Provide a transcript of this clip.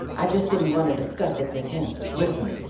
i just didn't want to discuss it with him listen,